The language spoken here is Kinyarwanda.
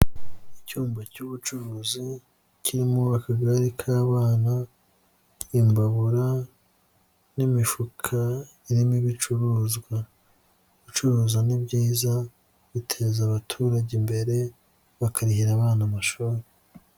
Icyumba cy'ubucuruzi, kirimo akagare k'abana, imbabura, n'imifuka irimo ibicuruzwa, gucuruza ni byizayiza, biteza abaturage imbere bakahira abana amashuri.